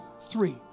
three